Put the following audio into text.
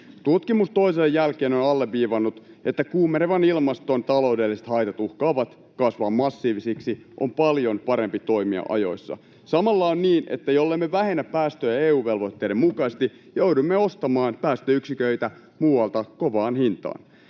Tutkimus toisensa jälkeen on alleviivannut, että kuumenevan ilmaston taloudelliset haitat uhkaavat kasvaa massiivisiksi — on paljon parempi toimia ajoissa. Samalla on niin, että jollemme vähennä päästöjä EU-velvoitteiden mukaisesti, joudumme ostamaan päästöyksiköitä muualta kovaan hintaan.